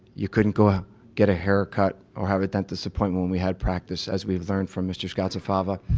you couldn't go ah get a haircut, or have a dentist appointment when we had practice as we learned from mr scott savava.